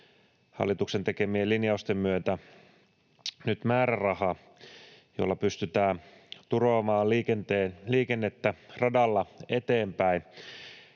hallituksen tekemien linjausten myötä nyt määrärahaa, jolla pystytään turvaamaan liikennettä radalla eteenpäin.